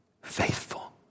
Faithful